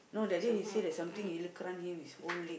no that day he said that something him his whole leg